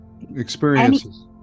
Experiences